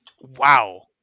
Wow